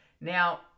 Now